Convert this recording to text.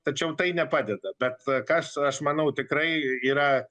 tačiau tai nepadeda bet kas aš manau tikrai yra